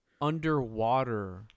underwater